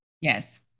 Yes